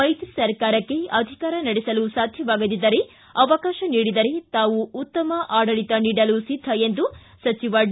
ಮೈತ್ರಿ ಸರ್ಕಾರಕ್ಕೆ ಅಧಿಕಾರ ನಡೆಸಲು ಸಾಧ್ಯವಾಗದಿದ್ದರೆ ಅವಕಾಶ ನೀಡಿದರೆ ನಾವು ಉತ್ತಮ ಆಡಳಿತ ನೀಡಲು ಸಿದ್ದ ಎಂದು ಸಚಿವ ಡಿ